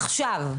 עכשיו.